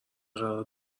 قرار